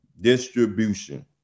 distribution